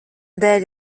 dēļ